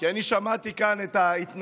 כי אני שמעתי כאן את ההתנגדות